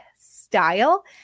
style